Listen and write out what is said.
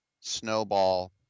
snowball